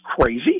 crazy